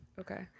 okay